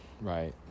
right